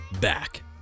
back